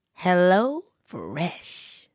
HelloFresh